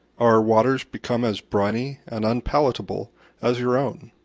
our waters become as briny and unpalatable as your own.